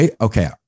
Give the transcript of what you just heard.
Okay